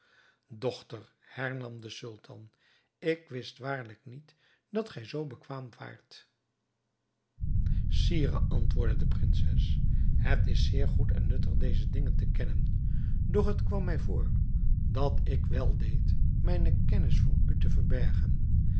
dochter hernam de sultan ik wist waarlijk niet dat gij zoo bekwaam waart sire antwoordde de prinses het is zeer goed en nuttig deze dingen te kennen doch het kwam mij voor dat ik wel deed mijne kennis voor u te verbergen